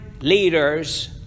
leaders